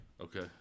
Okay